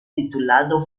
titulado